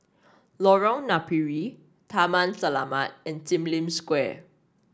Lorong Napiri Taman Selamat and Sim Lim Square